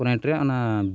ᱠᱚᱱᱤᱴᱨᱮ ᱚᱱᱟ